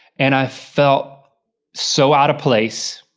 and i felt so out of place.